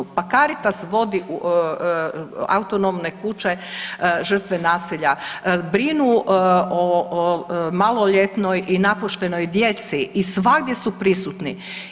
Pa Caritas vodi autonomne kuće žrtve nasilja, brinu o maloljetnoj i napuštenoj djeci i svagdje su prisutni.